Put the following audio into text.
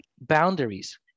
boundaries